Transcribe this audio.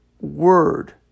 word